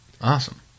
awesome